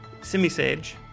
Simisage